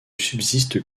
subsiste